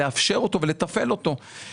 לאפשר ולתפעל אותו גם בצורה מחשובית,